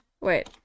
Wait